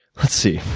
let's see,